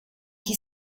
que